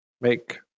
make